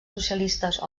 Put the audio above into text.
socialistes